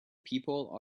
people